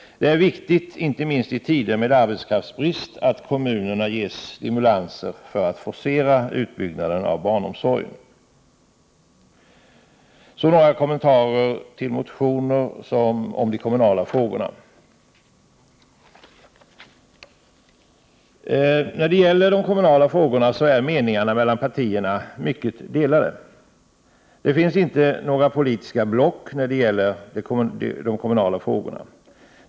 Det är viktigt, inte minst i tider med arbetskraftsbrist, att kommunerna ges stimulanser för att forcera utbyggnaden av barnomsorgen. Så några kommentarer till motioner om de kommunala frågorna. När det gäller de kommunala frågorna är meningarna mellan partierna mycket delade. Det finns inte några politiska block när det gäller de kommunala frågorna.